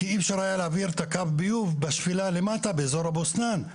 כי אי אפשר היה להעביר את הקו ביוב בשפלה למטה באיזור הבוסתן.